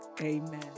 Amen